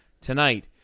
Tonight